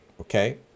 okay